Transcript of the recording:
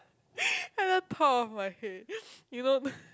at the top of my head you know the